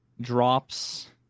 drops